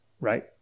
Right